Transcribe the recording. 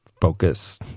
focus